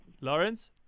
Lawrence